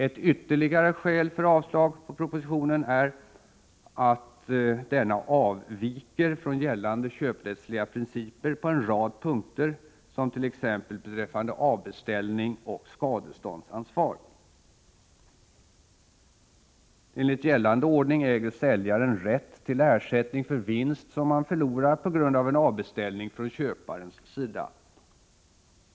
Ett ytterligare skäl för avslag på propositionen är att denna avviker från gällande köprättsliga principer på en rad punkter, t.ex. beträffande avbeställning och skadeståndsansvar. Enligt gällande ordning äger säljaren rätt till ersättning för vinst som han förlorar på grund av en avbeställning från köparens sida.